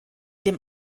dem